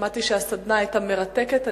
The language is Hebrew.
שמעתי שהסדנה היתה מרתקת.